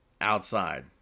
outside